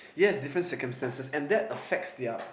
yes different circumstances and that affects their